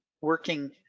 working